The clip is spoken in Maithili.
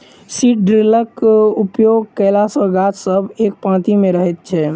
सीड ड्रिलक उपयोग कयला सॅ गाछ सब एक पाँती मे रहैत छै